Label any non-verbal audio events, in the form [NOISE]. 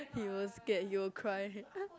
he will scared he will cry [LAUGHS]